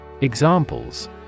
Examples